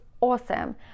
awesome